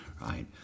right